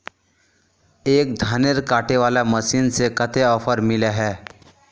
एक धानेर कांटे वाला मशीन में कते ऑफर मिले है?